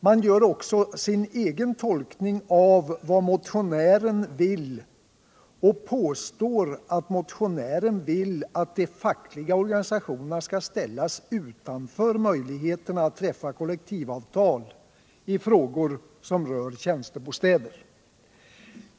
Man gör också sin egen tolkning av vad motionären vill och påstår att motionären vill att de fackliga organisationerna skall ställas utanför möjligheterna att träffa kollektivavtal i frågor som rör tjänstebostäder.